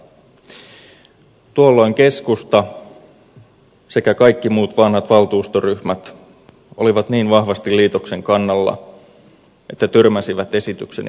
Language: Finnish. tuolloin keskusta sekä kaikki muut vanhat valtuustoryhmät olivat niin vahvasti liitoksen kannalla että tyrmäsivät esitykseni välittömästi